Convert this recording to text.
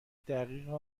دقیق